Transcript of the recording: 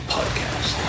Podcast